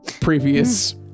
previous